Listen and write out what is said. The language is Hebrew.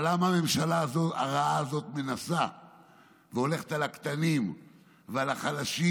אבל למה הממשלה הרעה הזאת מנסה והולכת על הקטנים ועל החלשים?